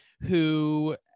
who-